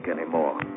anymore